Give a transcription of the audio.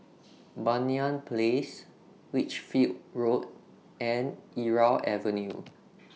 Banyan Place Lichfield Road and Irau Avenue